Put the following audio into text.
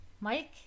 Mike